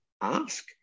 ask